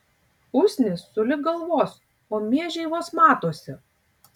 usnys sulig galvos o miežiai vos matosi